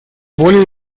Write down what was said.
более